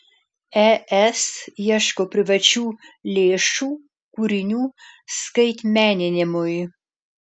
es ieško privačių lėšų kūrinių skaitmeninimui